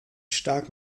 stark